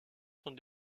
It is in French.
sont